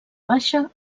baixa